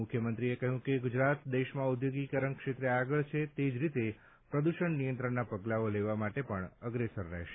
મુખ્યમંત્રીએ કહ્યું કે ગુજરાત દેશમાં ઔદ્યોગિકીકરણ ક્ષેત્રે આગળ છે તે જ રીતે પ્રદૂષણ નિયંત્રણના પગલાંઓ લેવા માટે પણ અગ્રેસર રહેશે